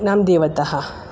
नाम देवतः